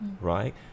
right